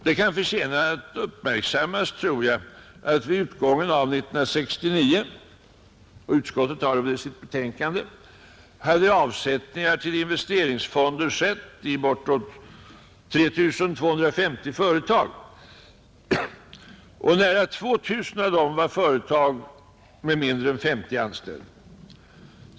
Det kan förtjäna uppmärksammas — utskottet har redovisat det i sitt betänkande — att vid utgången av 1969 hade avsättningar till investeringsfonder skett i bortåt 3 250 företag. Nära 2 000 av dessa var företag med mindre än 50 anställda.